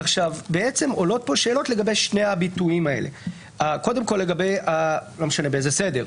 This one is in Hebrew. עולות כאן שאלות לגבי שני הביטויים האלה ולא משנה הסדר.